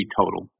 total